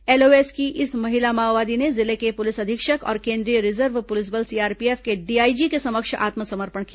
LOS की इस महिला माओवादी ने जिले के पुलिस अधीक्षक और केंद्रीय रिजर्व पुलिस बल सीआरपीएफ के डीआईजी के समक्ष आत्मसमर्पण किया